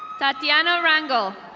tatiana rengel.